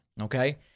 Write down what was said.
okay